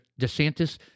DeSantis